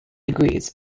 agrees